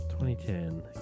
2010